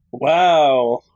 Wow